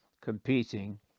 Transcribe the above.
competing